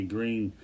Green